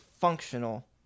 functional